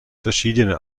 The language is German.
verschiedene